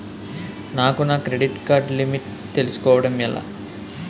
నాకు నా credit card limit తెలుసుకోవడం ఎలా?